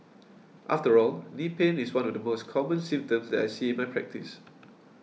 after all knee pain is one of the most common symptoms that I see in my practice